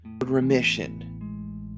Remission